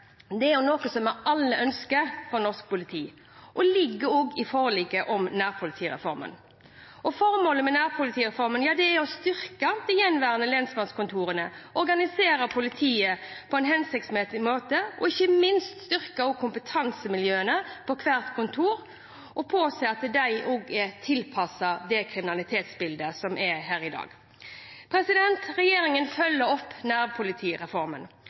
er noe vi alle ønsker for norsk politi, og det ligger også i forliket om nærpolitireformen. Formålet med nærpolitireformen er å styrke de gjenværende lensmannskontorene, organisere politiet på en hensiktsmessig måte og ikke minst styrke kompetansemiljøene på hvert kontor og påse at de også er tilpasset det kriminalitetsbildet som er i dag. Regjeringen følger opp nærpolitireformen.